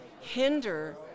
hinder